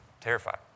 terrified